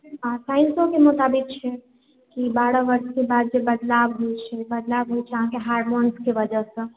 आ साइन्स ओ के मुताबिक छै कि बारह वर्षके बाद जे बदलाव होइ छै बदलाव होइ छै अहाँके हार्मोन्सके वजहसे